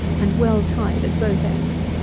and well tied at both ends.